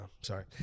sorry